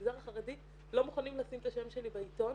במגזר החרדי לא מוכנים לשים את השם שלי בעיתון,